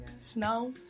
Snow